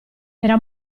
era